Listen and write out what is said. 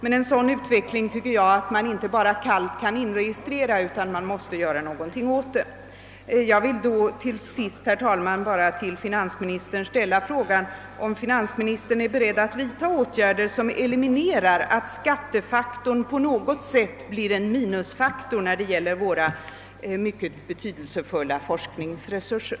En sådan utveckling kan man inte bara kallt inregistrera utan man måste göra något åt den. Jag vill till sist fråga, om finansministern är beredd att vidta åtgärder som eliminerar att skattefaktorn på något sätt blir en minusfaktor för våra betydelsefulla forskningsresurser?